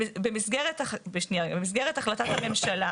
במסגרת החלטת הממשלה